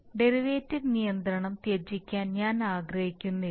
derivative നിയന്ത്രണം ത്യജിക്കാൻ ഞാൻ ആഗ്രഹിക്കുന്നില്ല